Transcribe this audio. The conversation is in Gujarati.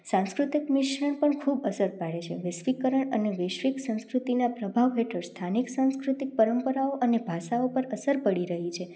સાંસ્કૃતિક મિશ્રણ પણ ખૂબ અસર પાડે છે વૈશ્વિકરણ અને વૈશ્વિક સંસ્કૃતિના પ્રભાવ હેઠળ સ્થાનિક સંસ્કૃતિક પરંપરાઓ અને ભાષા ઉપર અસર પડી રહી છે